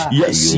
yes